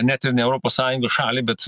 net ir ne europos sąjungos šalį bet